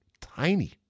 Tiny